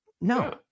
No